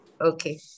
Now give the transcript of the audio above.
Okay